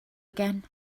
again